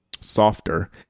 softer